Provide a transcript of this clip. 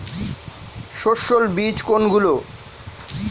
সস্যল বীজ কোনগুলো?